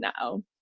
now